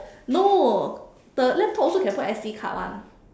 no the laptop also can put S_D card [one]